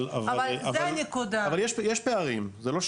אבל יש פערים, זה לא שאין.